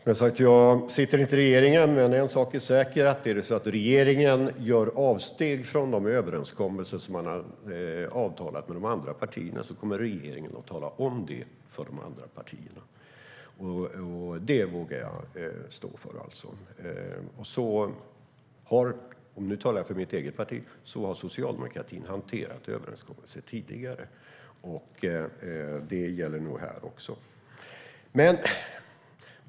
Herr talman! Jag sitter som sagt inte i regeringen, men en sak är säker: Om regeringen gör avsteg från överenskommelser som gjorts med de andra partierna kommer den att tala om det för dem. Det vågar jag stå för, och nu talar jag för mitt eget parti: Så har socialdemokratin hanterat överenskommelser tidigare, och det gäller nog här också.